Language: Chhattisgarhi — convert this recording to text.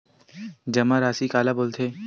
जमा राशि काला बोलथे?